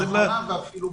אתה לא נותן לי להתייחס.